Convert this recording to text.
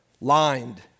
lined